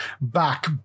back